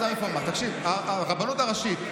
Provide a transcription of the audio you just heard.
הרבנות הראשית,